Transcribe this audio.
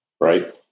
right